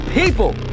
People